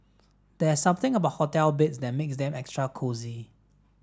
there's something about hotel beds that makes them extra cosy